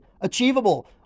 achievable